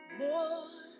more